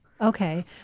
Okay